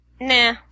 nah